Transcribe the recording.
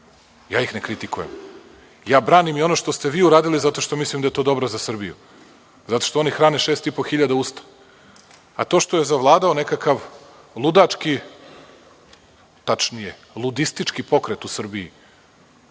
Ja ih ne kritikujem. Ja branim i ono što ste vi uradili, zato što mislim da je to dobro za Srbiju. Zato što oni hrane šest i po hiljada usta. To što je zavladao nekakav ludački, tačnije ludistički pokret u Srbiji,